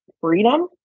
freedom